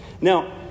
Now